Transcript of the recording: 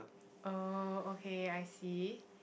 oh okay I see